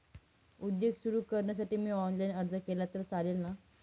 उद्योग सुरु करण्यासाठी मी ऑनलाईन अर्ज केला तर चालेल ना?